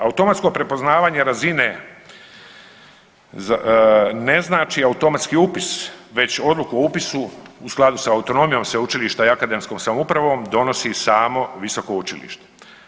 Automatsko prepoznavanje razine ne znači automatski upis već odluku o upisu u skladu s autonomijom sveučilišta i akademskom samoupravom donosi samo visoko učilište.